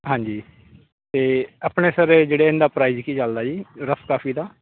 ਹਾਂਜੀ ਅਤੇ ਆਪਣੇ ਸਰ ਜਿਹੜੇ ਇਹਨਾਂ ਦਾ ਪ੍ਰਾਈਜ ਕੀ ਚੱਲਦਾ ਜੀ ਰਫ ਕਾਫੀ ਦਾ